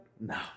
No